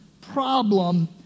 problem